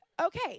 Okay